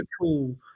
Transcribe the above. cool